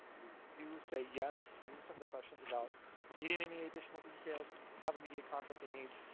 you do say yes to some of the questions about needing any additional details, or if you have immediate contracting needs,